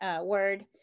word